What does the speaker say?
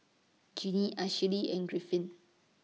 Genie Ashli and Griffin